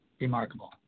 Remarkable